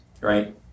right